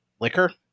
liquor